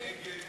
חד"ש,